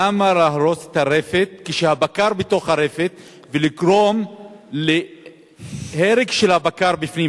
למה להרוס את הרפת כשהבקר בתוך הרפת ולגרום להרג של הבקר בפנים?